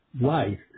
life